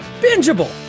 bingeable